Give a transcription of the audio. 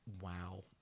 Wow